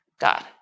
God